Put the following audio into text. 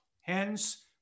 Hence